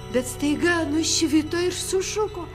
bet staiga nušvito ir sušuko